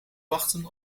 wachten